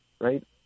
Right